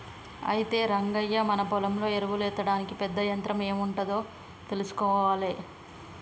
అయితే రంగయ్య మన పొలంలో ఎరువులు ఎత్తడానికి పెద్ద యంత్రం ఎం ఉంటాదో తెలుసుకొనాలే